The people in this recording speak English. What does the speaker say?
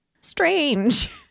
strange